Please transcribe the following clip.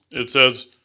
it says.